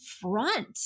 front